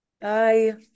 Bye